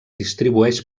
distribueix